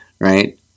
right